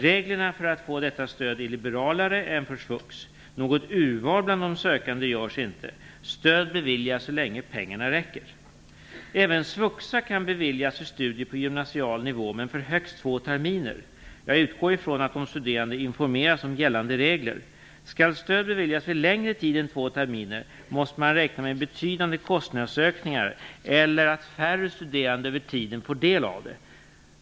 Reglerna för att få detta stöd är liberalare än för SVUX. Något urval bland de sökande görs inte. Stöd beviljas så länge pengarna räcker. Även SVUXA kan beviljas för studier på gymnasial nivå, men för högst två terminer. Jag utgår från att de studerande informeras om gällande regler. Skall stöd beviljas för längre tid än två terminer måste man räkna med betydande kostnadsökningar eller att färre studerande över tiden får del av det.